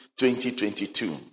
2022